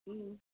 हूँ